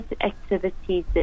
activities